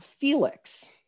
felix